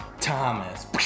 Thomas